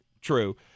true